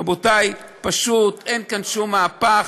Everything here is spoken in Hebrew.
רבותי, פשוט, אין כאן שום מהפך.